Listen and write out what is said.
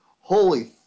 holy